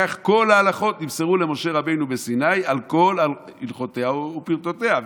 כך כל ההלכות נמסרו למשה רבנו בסיני על כל הלכותיהן ופרטיהן.